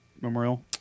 Memorial